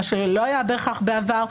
מה שלא היה בהכרח בעבר.